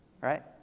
Right